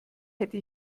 hätte